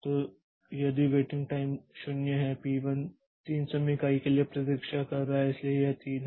तो यदि waiting time 0 है P1 3 समय इकाई के लिए प्रतीक्षा कर रहा है इसलिए यह 3 है